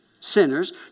sinners